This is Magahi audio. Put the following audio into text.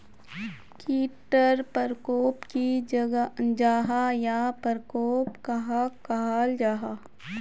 कीट टर परकोप की जाहा या परकोप कहाक कहाल जाहा जाहा?